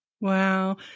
Wow